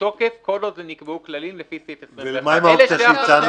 בתוקף כל עוד נקבעו כללים לפי סעיף 21. ומה עם האופציה שהצענו,